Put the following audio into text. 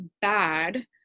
bad